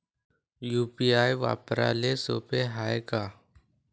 UPI वापराले सोप हाय का?